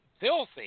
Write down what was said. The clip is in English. filthy